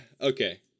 okay